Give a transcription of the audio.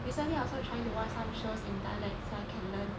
recently I also trying to watch some shows in dialects so I can learn